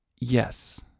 yes